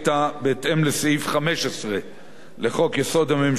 בהתאם לסעיף 15 לחוק-יסוד: הממשלה,